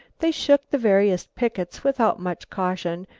they shook the various pickets without much caution,